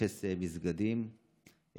0 מסגדים,